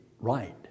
right